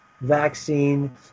vaccine